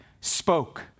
spoke